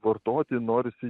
vartoti norisi